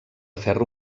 ferro